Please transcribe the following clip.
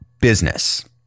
business